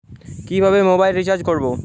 কিভাবে mobile recharge করব?